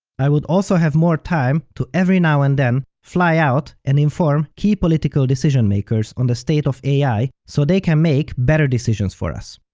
i would also have more time to every now and then, fly out and inform key political decision makers on the state of ai so they can make better decisions for us.